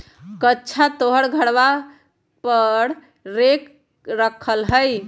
कअच्छा तोहर घरवा पर रेक रखल हई?